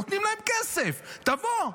נותנים להם כסף: תבוא.